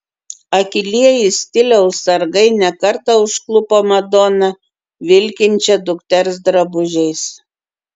akylieji stiliaus sargai ne kartą užklupo madoną vilkinčią dukters drabužiais